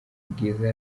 bwiza